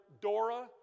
Dora